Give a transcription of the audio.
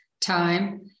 time